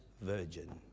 virgin